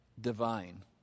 divine